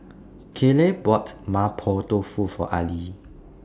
Kayleigh bought Mapo Tofu For Arlie